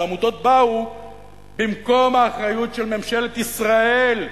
אבל העמותות באו במקום האחריות של ממשלת ישראל,